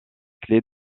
clé